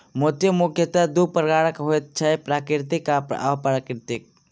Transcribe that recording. मोती मुखयतः दू प्रकारक होइत छै, प्राकृतिक आ अप्राकृतिक